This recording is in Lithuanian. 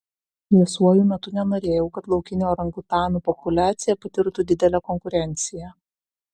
liesuoju metu nenorėjau kad laukinių orangutanų populiacija patirtų didelę konkurenciją